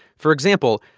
for example,